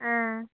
ஆ